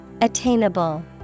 Attainable